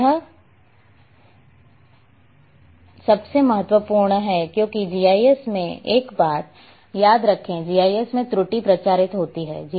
यह सबसे महत्वपूर्ण है क्योंकि जीआईएस में एक बात याद रखें जीआईएस में त्रुटि प्रचारित होतीहै